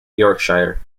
yorkshire